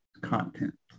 content